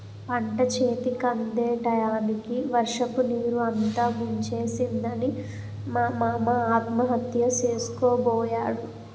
పంటచేతికందే టయానికి వర్షపునీరు అంతా ముంచేసిందని మా మామ ఆత్మహత్య సేసుకోబోయాడు